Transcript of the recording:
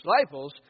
disciples